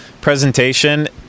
presentation